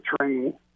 train